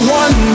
one